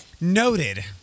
noted